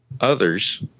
Others